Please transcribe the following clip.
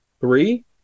three